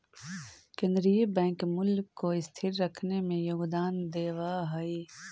केन्द्रीय बैंक मूल्य को स्थिर रखने में योगदान देवअ हई